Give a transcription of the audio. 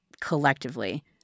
collectively